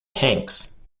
tanks